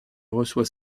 reçoit